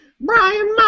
Brian